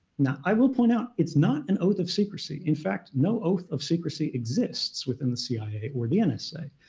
now i will point out, it's not an oath of secrecy. in fact, no oath of secrecy exists within the cia or the and nsa.